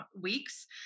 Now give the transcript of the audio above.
weeks